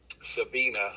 Sabina